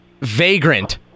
Vagrant